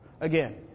Again